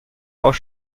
aus